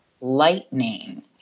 lightning